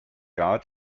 jahr